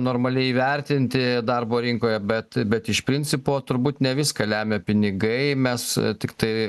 normaliai įvertinti darbo rinkoje bet bet iš principo turbūt ne viską lemia pinigai mes tiktai